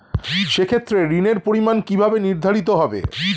সে ক্ষেত্রে ঋণের পরিমাণ কিভাবে নির্ধারিত হবে?